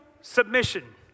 submission